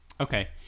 okay